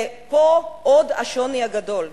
ופה עוד השוני הגדול: